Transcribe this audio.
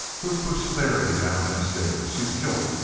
who pushed sary down them stairs? she's kilt!